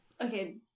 Okay